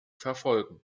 verfolgen